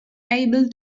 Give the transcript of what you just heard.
able